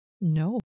No